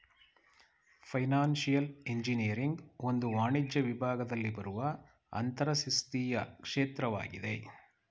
financial engineering ಒಂದು ವಾಣಿಜ್ಯ ವಿಭಾಗದಲ್ಲಿ ಬರುವ ಅಂತರಶಿಸ್ತೀಯ ಕ್ಷೇತ್ರವಾಗಿದೆ